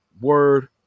word